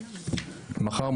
מחר,